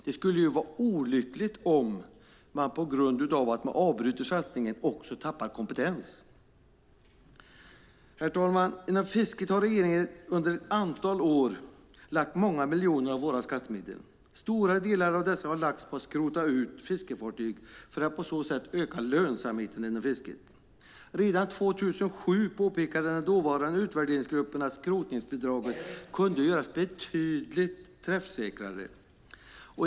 Det vore olyckligt om man på grund av att satsningen avbryts tappar kompetens. Herr talman! Inom fisket har regeringen under ett antal år lagt många miljoner av våra skattemedel. Stora delar av dessa har lagts på att skrota ut fiskefartyg för att på så sätt öka lönsamheten inom fisket. Redan 2007 påpekade den dåvarande utvärderingsgruppen att skrotningsbidraget kunde göras betydligt träffsäkrare.